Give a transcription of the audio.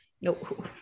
no